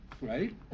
right